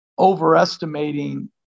overestimating